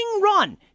run